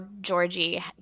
Georgie